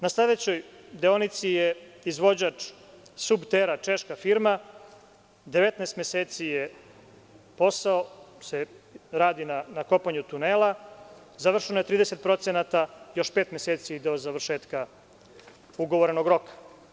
Na sledećoj deonici je izvođač „Subtera“, češka firma, 19 meseci se radi na kopanju tunela, a završeno je 30%, još pet meseci do završetka ugovorenog roka.